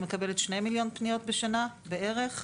שמקבלת שני מיליון פניות בשנה בערך,